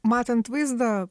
matant vaizdą